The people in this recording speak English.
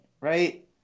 right